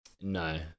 No